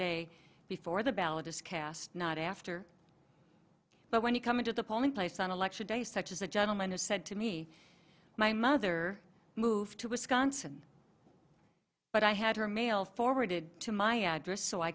day before the ballot is cast not after but when you come into the polling place on election day such as the gentleman who said to me my mother moved to wisconsin but i had her mail forwarded to my address so i